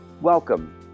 welcome